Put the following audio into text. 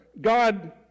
God